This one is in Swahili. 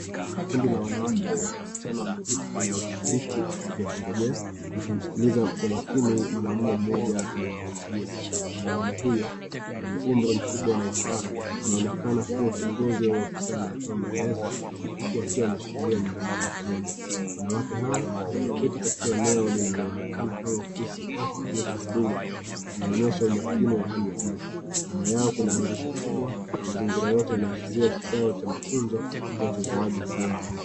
Kundi la wanawake na wasichana wameketi kwenye viti vya kungojea, wakimskiliza kwa makini mwanamume mmoja anayewahutubia. Mwanamume huyo mwenye umri mkubwa na upara, anaonekana kuwa kiongozi au ofisa anayetoa maelezo, huku akiwa ameshikilia nyaraka mkononi. Wanawake hao walioketi katika eneo linaloonekana kama ofisi au kituo cha huduma, wanaonyesha umakini wa hali ya juu. Nyuma yao kuna dirisha kubwa na mazingira yote yanaashiria kikao cha mafunzo au cha utoaji huduma.